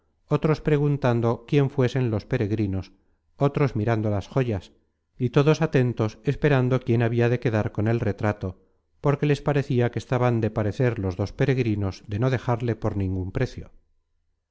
otros preguntando quién fuesen los peregrinos otros mirando las joyas y todos atentos esperando quién habia de quedar con el retrato porque les parecia que estaban de parecer los dos peregrinos de no dejarle por ningun precio